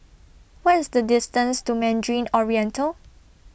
What IS The distance to Mandarin Oriental